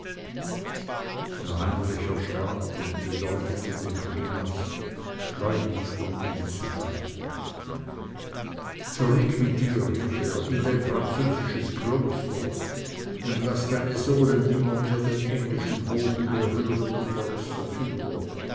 heinrich erschrak und bedeutete den primas schleunig von ihm zu weichen zurück mit dir rief er in dein französisches kloster und daß deine sohlen nimmermehr den englischen boden berühren du